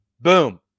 Boom